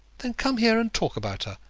then come here and talk about her.